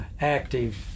active